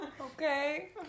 Okay